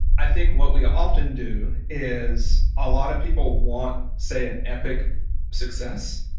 i think what we often do is a lot of people want, say, an epic success